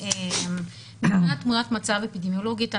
תמונת מצב אפידמיולוגית.